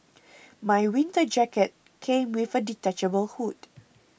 my winter jacket came with a detachable hood